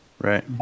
right